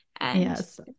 Yes